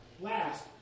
Last